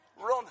run